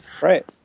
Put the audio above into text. Right